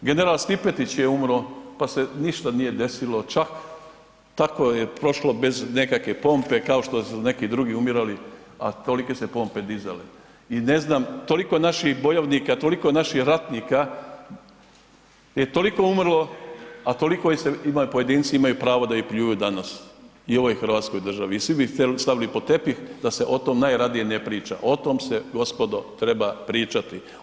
General Stipetić je umro pa se ništa nije desilo, čak tako je prošlo bez nekakve pompe kao što su neki drugi umirali a tolike se pompe dizale i ne znam, toliko naših bojovnika, toliko naših ratnika je toliko umrlo a toliko ... pojedinci imaju pravo da ih pljuju danas i u ovoj hrvatskoj državi i svi bi stavili ih pod tepih da se o tome najradije ne priča, o tome se gospodo, treba pričati.